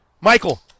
Michael